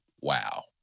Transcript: wow